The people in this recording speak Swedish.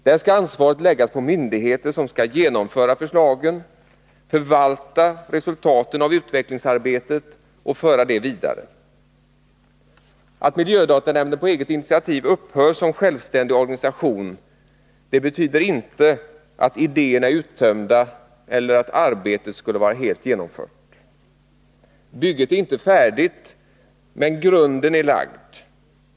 Där skall ansvaret läggas på myndigheter som skall genomföra förslagen, förvalta resultaten av utvecklingsarbetet och föra det vidare. Att miljödatanämnden på eget initiativ upphör som självständig organisation betyder inte att idéerna är uttömda eller att arbetet skulle vara helt genomfört. Bygget är inte färdigt. Men grunden är lagd.